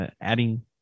adding